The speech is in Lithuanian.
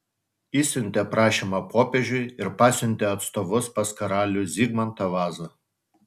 išsiuntė prašymą popiežiui ir pasiuntė atstovus pas karalių zigmantą vazą